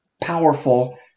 powerful